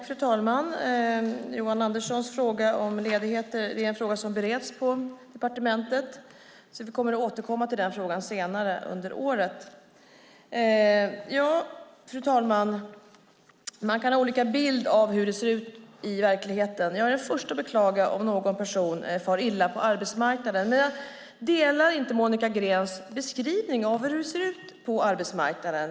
Fru talman! Johan Anderssons fråga om ledigheter är en fråga som bereds på departementet, så vi kommer att återkomma till den senare under året. Fru talman! Man kan ha olika bilder av hur det ser ut i verkligheten. Jag är den första att beklaga om någon person far illa på arbetsmarknaden, men jag delar inte Monica Greens beskrivning av hur det ser ut på arbetsmarknaden.